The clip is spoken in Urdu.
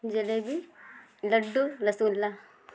جلیبی لڈو رس گلہ